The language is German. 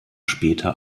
später